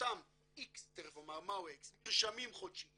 אותם x מרשמים חודשיים